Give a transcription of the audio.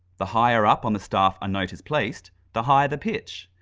the higher up on the staff a note is placed, the higher the pitch.